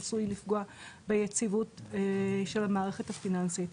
עשוי לפגוע ביציבות של המערכת הפיננסית.